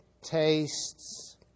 tastes